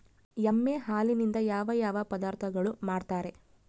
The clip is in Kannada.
ಎಮ್ಮೆ ಹಾಲಿನಿಂದ ಯಾವ ಯಾವ ಪದಾರ್ಥಗಳು ಮಾಡ್ತಾರೆ?